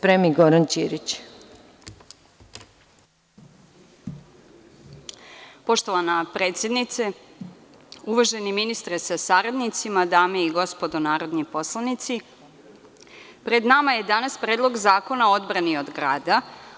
Poštovana predsednice, uvaženi ministre sa saradnicima, dame i gospodo narodni poslanici, pred nama je danas Predlog zakona o odbrani od grada.